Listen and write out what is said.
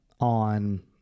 on